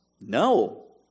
No